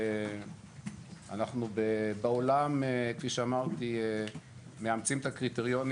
אנחנו בעולם כפי שאמרתי מאמצים את הקריטריונים